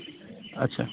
आटसा